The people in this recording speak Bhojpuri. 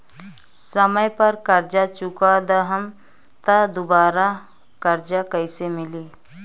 समय पर कर्जा चुका दहम त दुबाराकर्जा कइसे मिली?